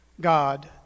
God